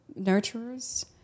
nurturers